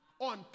on